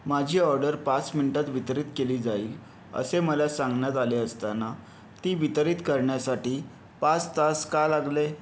माझी ऑर्डर पाच मिनटांत वितरित केली जाईल असे मला सांगण्यात आले असताना ती वितरित करण्यासाठी पाच तास का लागले